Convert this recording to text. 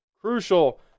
crucial